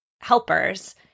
helpers